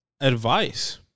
advice